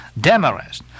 Demarest